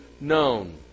known